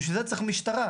בשביל זה צריך משטרה,